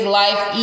life